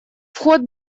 вход